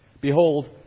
Behold